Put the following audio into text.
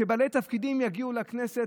שבעלי תפקידים יגיעו לכנסת,